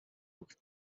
rogue